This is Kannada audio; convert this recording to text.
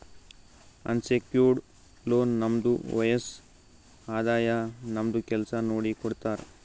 ಅನ್ಸೆಕ್ಯೂರ್ಡ್ ಲೋನ್ ನಮ್ದು ವಯಸ್ಸ್, ಆದಾಯ, ನಮ್ದು ಕೆಲ್ಸಾ ನೋಡಿ ಕೊಡ್ತಾರ್